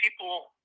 people